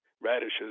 radishes